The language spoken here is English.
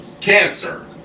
cancer